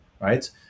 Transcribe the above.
right